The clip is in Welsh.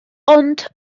ond